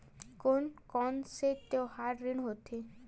कोन कौन से तिहार ऋण होथे?